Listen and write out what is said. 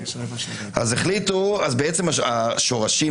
אז בעצם השורשים,